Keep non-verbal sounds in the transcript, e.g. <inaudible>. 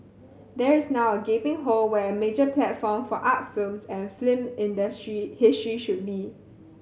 there is now a gaping hole where a major platform for art films and <unintelligible> history he should should be